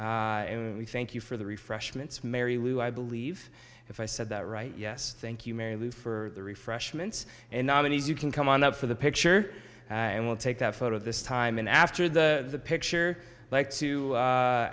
tonight we thank you for the refreshments mary lou i believe if i said that right yes thank you mary lou for the refreshments and nominees you can come on up for the picture and we'll take that photo this time and after the picture like to